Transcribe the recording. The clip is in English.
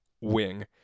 wing